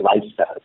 lifestyle